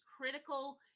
critical